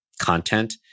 content